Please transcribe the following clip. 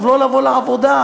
לעבוד, לא לבוא לעבודה.